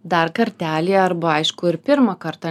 dar kartelį arba aišku ir pirmą kartą